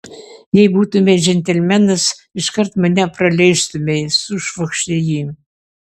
jei būtumei džentelmenas iškart mane praleistumei sušvokštė ji